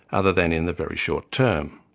other than in the very short term.